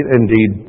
indeed